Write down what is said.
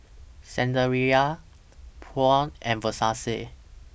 Saizeriya Braun and Versace